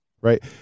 Right